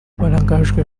barangajwe